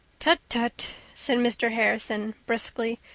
tut, tut, said mr. harrison briskly,